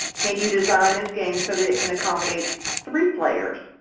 can you design this game so that it can accommodate three players?